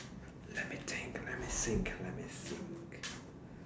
let me think let me think let me think